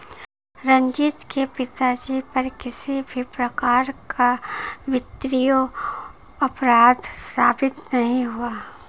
रंजीत के पिताजी पर किसी भी प्रकार का वित्तीय अपराध साबित नहीं हुआ